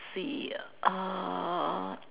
see uh